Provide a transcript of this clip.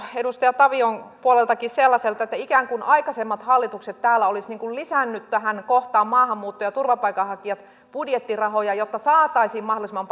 edustaja tavionkin puolelta sellaiselta että ikään kuin aikaisemmat hallitukset täällä olisivat lisänneet tähän kohtaan maahanmuutto ja turvapaikanhakijat budjettirahoja jotta saataisiin mahdollisimman